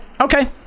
okay